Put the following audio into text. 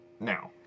Now